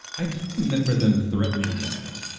i do remember them threatening that,